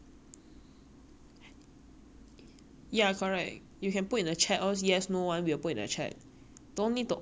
ya correct you can put in a chat all those yes no one we will put in the chat don't need to on your mic and raise hand and ask the prof to call you just to say a yes